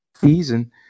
season